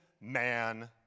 man